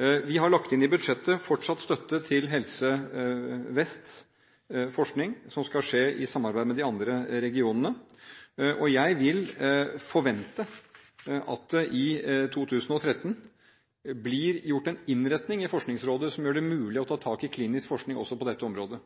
Vi har lagt inn i budsjettet fortsatt støtte til Helse Vests forskning, som skal skje i samarbeid med de andre regionene. Jeg vil forvente at det i 2013 blir gjort en innretning i Forskningsrådet som gjør det mulig å ta tak i klinisk forskning også på dette området.